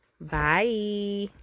bye